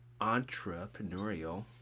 entrepreneurial